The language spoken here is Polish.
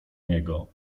niego